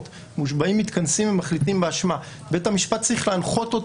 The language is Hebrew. אלא מושבעים מתכנסים ומחליטים באשמה בית המשפט צריך להנחות את